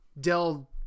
Dell